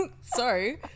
Sorry